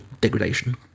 degradation